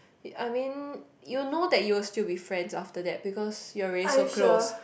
I mean you know that you will still be friends after that because you're already so close